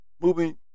moving